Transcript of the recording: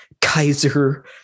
Kaiser